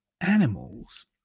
animals